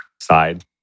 side